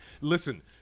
listen